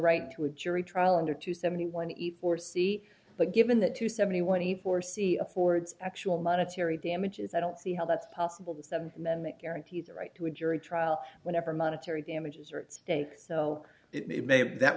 right to a jury trial under two seventy one eat or c but given that to seventy one he foresee affords actual monetary damages i don't see how that's possible that the amendment guarantees the right to a jury trial whenever monetary damages are at stake well it may be that